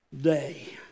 day